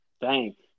Thanks